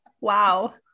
Wow